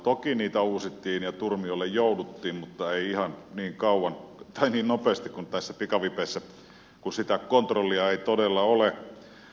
toki niitä uusittiin ja turmiolle jouduttiin mutta ei ihan niin nopeasti kuin näissä pikavipeissä kun sitä kontrollia ei todella ole